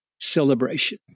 celebration